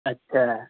اچھا